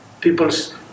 people's